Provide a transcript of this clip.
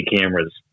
cameras